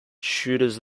tutors